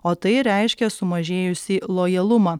o tai reiškia sumažėjusį lojalumą